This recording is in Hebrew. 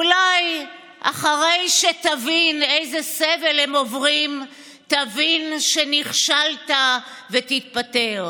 אולי אחרי שתבין איזה סבל הם עוברים תבין שנכשלת ותתפטר.